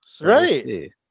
Right